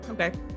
Okay